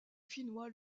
finnois